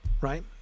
right